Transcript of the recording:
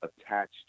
attached